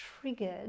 triggered